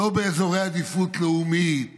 לא אזורי עדיפות לאומית